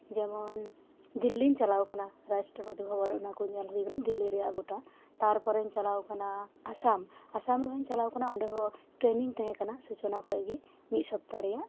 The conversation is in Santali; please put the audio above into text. ᱡᱮᱢᱚᱱ ᱫᱤᱞᱞᱤᱧ ᱪᱟᱞᱟᱣ ᱟᱠᱟᱱᱟ ᱨᱟᱥᱴᱨᱚᱯᱚᱛᱤ ᱵᱷᱚᱵᱚᱱ ᱚᱱᱟᱠᱩ ᱧᱮᱞ ᱦᱩᱭ ᱟᱠᱟᱱᱟ ᱫᱤᱞᱞᱤ ᱨᱮᱭᱟᱜ ᱜᱚᱴᱟ ᱛᱟᱨᱯᱚᱨᱮᱧ ᱪᱟᱞᱟᱣ ᱟᱠᱟᱱᱟ ᱟᱥᱟᱢ ᱟᱥᱟᱢ ᱨᱮᱦᱚᱧ ᱪᱟᱞᱟᱣ ᱟᱠᱟᱱᱟ ᱚᱸᱰᱮᱦᱚᱸ ᱴᱨᱮᱱᱤᱝ ᱛᱟᱦᱮᱸ ᱠᱟᱱᱟ ᱥᱩᱪᱚᱱᱟ ᱠᱷᱚᱡᱜᱤ ᱢᱤᱫ ᱥᱚᱯᱛᱟ ᱨᱮᱭᱟᱜ